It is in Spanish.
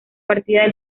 partida